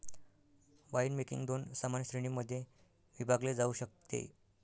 winemaking दोन सामान्य श्रेणीं मध्ये विभागले जाऊ शकते